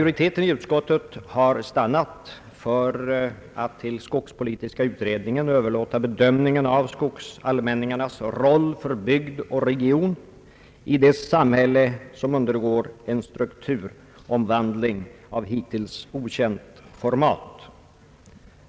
Utskottets majoritet har stannat för att till skogspolitiska utredningen överlåta bedömningen av skogsallmänningarnas roll för bygd och region i det samhälle, som undergår en strukturomvandling av hittills okänt format.